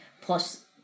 plus